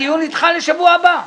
הדיון נדחה לשבוע הבא.